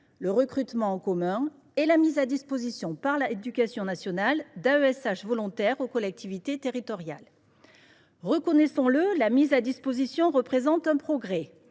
le recrutement en commun et la mise à disposition par l’éducation nationale d’AESH volontaires aux collectivités territoriales. Reconnaissons le, la mise à disposition représente un progrès.